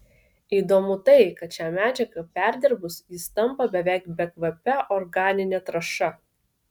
įdomu tai kad šią medžiagą perdirbus jis tampa beveik bekvape organine trąša